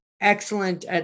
excellent